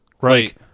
right